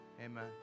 Amen